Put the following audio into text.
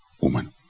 woman